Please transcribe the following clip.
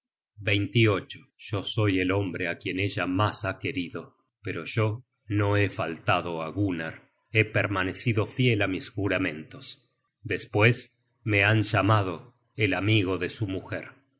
yo soy el hombre á quien ella mas ha querido pero yo no he fajtado á gunnar he permanecido fiel á mis juramentos despues me han llamado el amigo de su mujer